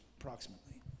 approximately